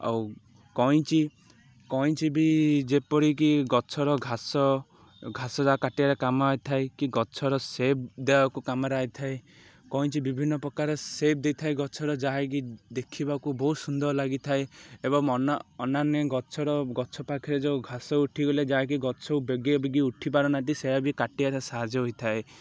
ଆଉ କଇଁଚି କଇଁଚି ବି ଯେପରିକି ଗଛର ଘାସ ଘାସ ଯାହା କାଟିବାରେ କାମ ଆସିଥାଏ କି ଗଛର ସେପ୍ ଦେବାକୁ କାମରେ ଆସିଥାଏ କଇଁଚି ବିଭିନ୍ନ ପ୍ରକାର ସେପ୍ ଦେଇଥାଏ ଗଛର ଯାହାକି ଦେଖିବାକୁ ବହୁତ ସୁନ୍ଦର ଲାଗିଥାଏ ଏବଂ ଅନ୍ୟାନ୍ୟ ଗଛର ଗଛ ପାଖରେ ଯେଉଁ ଘାସ ଉଠିଗଲେ ଯାହାକି ଗଛକୁ ବେଗି ବେଗି ଉଠି ପାରୁନାହାନ୍ତି ସେ ବି କାଟିବାରେ ସାହାଯ୍ୟ ହୋଇଥାଏ